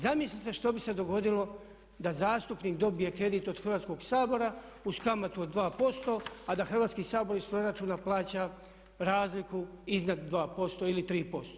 Zamislite što bi se dogodilo da zastupnik dobije kredit od Hrvatskog sabora uz kamatu od 2%, a da Hrvatski sabor iz proračuna plaća razliku iznad 2% ili 3%